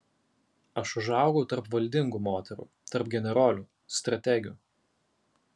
aš užaugau tarp valdingų moterų tarp generolių strategių